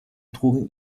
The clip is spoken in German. trugen